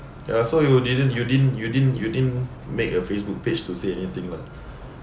ya so you didn't you didn't you didn't you didn't make a Facebook page to say anything lah